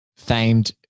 famed